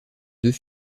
deux